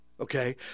okay